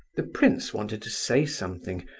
the prince wanted to say something,